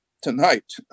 tonight